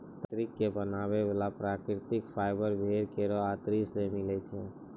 तंत्री क बनाय वाला प्राकृतिक फाइबर भेड़ केरो अतरी सें मिलै छै